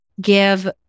give